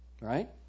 right